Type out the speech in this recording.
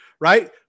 right